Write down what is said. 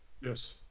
Yes